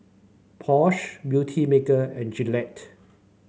Porsche Beautymaker and Gillette